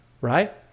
right